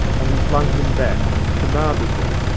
and he flung them back, com manded them,